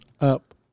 up